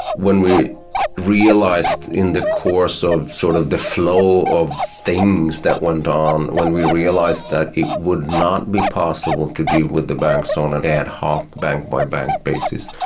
when we realised in the course of sort of the flow of things that went on, when we realised that it would not be possible to deal with the banks on an ad hoc bank-by-bank basis,